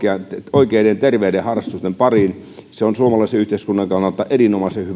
oikeiden ja terveiden harrastusten pariin se on suomalaisen yhteiskunnan kannalta erinomaisen